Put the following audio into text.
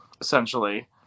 essentially